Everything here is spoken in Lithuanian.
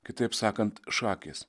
kitaip sakant šakės